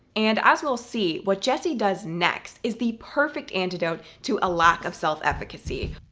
and as we'll see, what jessie does next is the perfect antidote to a lack of self-efficacy.